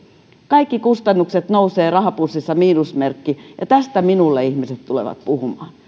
kaikki kustannukset nousevat ja rahapussissa on miinusmerkki ja tästä minulle ihmiset tulevat puhumaan